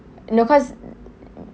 no because